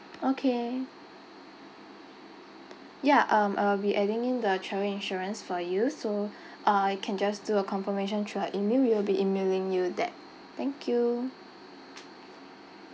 okay ya um I will be adding in the travel insurance for you so uh can just do a confirmation through our email we will be emailing you that thank you